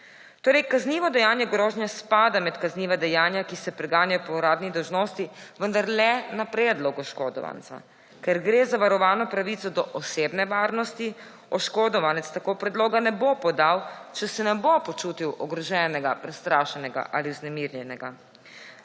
Torej, kaznivo dejanje grožnje spada med kazniva dejanja, ki se preganjajo po uradni dolžnosti, vendar le na predlog oškodovanca. Ker gre za varovano pravico do osebne varnosti, oškodovanec tako predloga ne bo podal, če se ne bo počutil ogroženega, prestrašenega ali vznemirjenega.